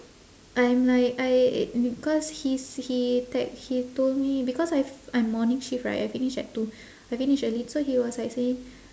I'm like I because he's he text he told me because I've I'm morning shift right I finish at two I finish early so he was like saying